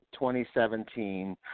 2017